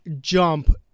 jump